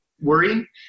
worry